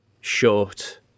short